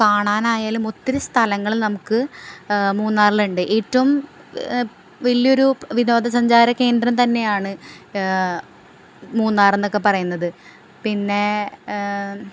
കാണാനായാലും ഒത്തിരി സ്ഥലങ്ങൾ നമുക്ക് മൂന്നാറിലുണ്ട് ഏറ്റവും വലിയ ഒരു വിനോദ സഞ്ചാര കേന്ദ്രം തന്നെയാണ് മുതിർന്നവർകൊക്കെ പറയുന്നത് പിന്നെ